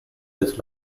his